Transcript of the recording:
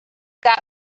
got